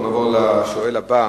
אנחנו נעבור לשואל הבא,